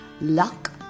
luck